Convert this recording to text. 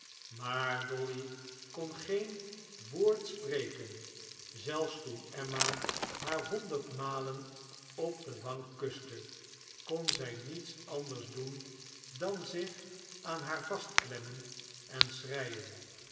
maar dolly kon geen woord spreken zelfs toen emma haar honderd malen op de wangen kuste kon zij niets anders doen dan zich aan haar vastklemmen en schreien